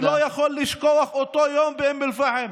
אני לא יכול לשכוח את אותו יום באום אל-פחם